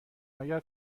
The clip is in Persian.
اگر